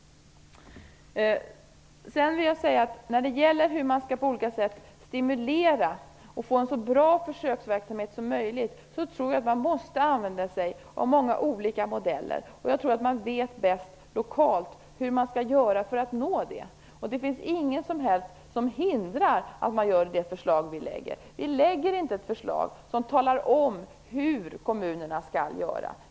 När det sedan gäller hur man på olika sätt skall stimulera och få en så bra försöksverksamhet som möjligt måste man använda sig av många olika modeller. Jag tror att man vet bäst lokalt hur man skall göra för att nå det. I det förslag vi lägger fram finns det inget som hindrar att man gör det. Vi lägger inte fram ett förslag som talar om hur kommunerna skall göra.